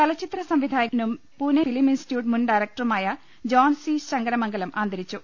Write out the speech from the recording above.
ചലച്ചിത്രസംവിധായകനും Pune film institute മുൻ ഡയറക്ടറുമായ John C Sankaramangalam അന്തരിച്ചു